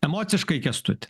emociškai kęstuti